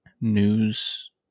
news